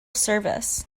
service